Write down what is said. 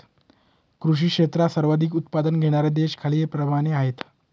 कृषी क्षेत्रात सर्वाधिक उत्पादन घेणारे देश खालीलप्रमाणे आहेत